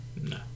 No